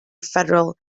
federal